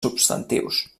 substantius